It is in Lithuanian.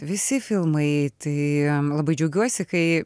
visi filmai tai labai džiaugiuosi kai